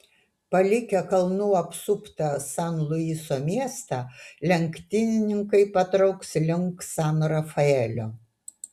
palikę kalnų apsuptą san luiso miestą lenktynininkai patrauks link san rafaelio